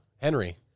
Henry